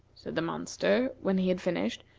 said the monster, when he had finished,